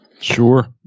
Sure